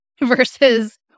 versus